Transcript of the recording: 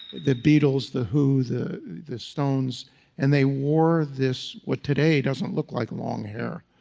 the beatles, the who, the the stones and they wore this what today doesn't look like long hair.